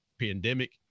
pandemic